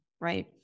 right